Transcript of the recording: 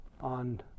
on